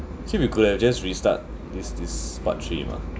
actually we could have just restart this this part three mah